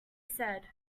said